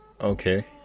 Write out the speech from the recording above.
Okay